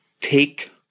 Take